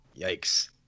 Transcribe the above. Yikes